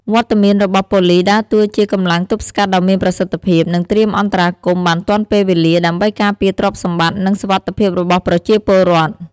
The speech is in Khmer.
វត្តមានរបស់ប៉ូលិសដើរតួជាកម្លាំងទប់ស្កាត់ដ៏មានប្រសិទ្ធភាព និងត្រៀមអន្តរាគមន៍បានទាន់ពេលវេលា ដើម្បីការពារទ្រព្យសម្បត្តិ និងសុវត្ថិភាពរបស់ប្រជាពលរដ្ឋ។